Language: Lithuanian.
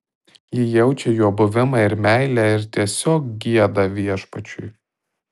ji jaučia jo buvimą ir meilę ir tiesiog gieda viešpačiui